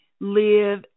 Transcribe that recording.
live